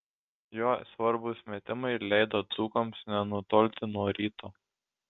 jo svarbūs metimai leido dzūkams nenutolti nuo ryto